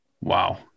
Wow